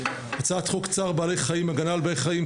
הצעת חוק צער בעלי חיים (הגנה על בעלי חיים)